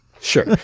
Sure